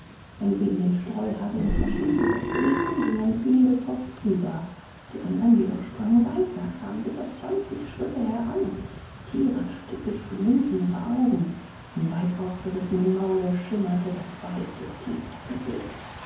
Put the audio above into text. wenn sie in den streuhagel des maschinengewehrs gerieten gingen viele kopfüber die anderen jedoch sprangen weiter kamen bis auf zwanzig schritte heran tierisch tückisch glühten ihre augen im weit aufgerissenen maule schimmerte das weiße